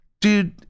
Dude